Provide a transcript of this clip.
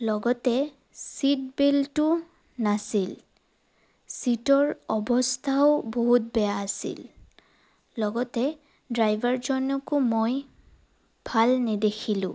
লগতে ছিট বেল্টো নাছিল ছিটৰ অৱস্থাও বহুত বেয়া আছিল লগতে ড্ৰাইভাৰজনকো মই ভাল নেদেখিলোঁ